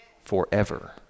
forever